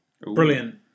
Brilliant